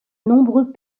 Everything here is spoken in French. nombreux